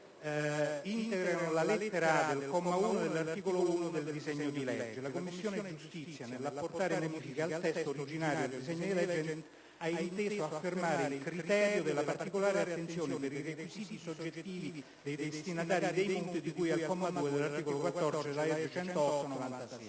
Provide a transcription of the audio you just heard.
integrando la lettera *a)* del comma 1 dell'articolo 1 del disegno di legge in esame. La Commissione giustizia, nell'apportare modifiche al testo originario del disegno di legge, ha inteso affermare il criterio della particolare attenzione per i requisiti soggettivi dei destinatari dei mutui, di cui al comma 2 dell'articolo 14 della